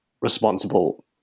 responsible